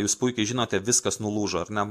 jūs puikiai žinote viskas nulūžo ar ne